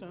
Krag):